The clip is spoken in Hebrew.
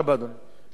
אני מאוד מודה לך.